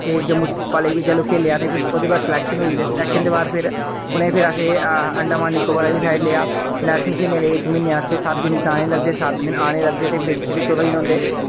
ते जम्मू काॅलेंज बी चलो खेलेआ ते फिह् ओहदे बाद स्लेक्शन होई ते स्लेकशन दे बाद फिर उनें फिर आसें आडोमान निकोबार आहली साइड लेआ नेशनल खेलने लेई इक म्हीने आस्तै सत दिन जाने गी लगदे सत दिन आने गी लगदे ते बिच चोदां ही थ्होंदे